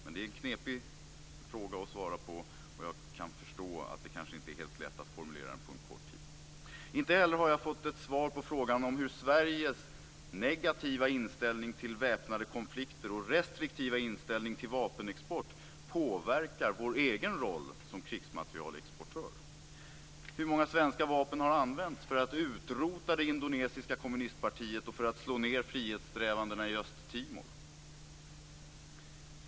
Det är en knepig fråga att svara på, och jag kan förstå att det kanske inte är helt lätt att formulera ett svar på kort tid. Inte heller har jag fått svar på frågan om hur Sveriges negativa inställning till väpnade konflikter och restriktiva inställning till vapenexport påverkar vår egen roll som krigsmaterielexportör. Hur många svenska vapen har använts för att utrota det indonesiska kommunistpartiet och för att slå ned frihetssträvandena i Östtimor?